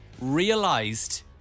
Realised